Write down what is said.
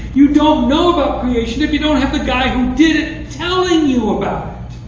you don't know about creation if you don't have the guy who did it, telling you about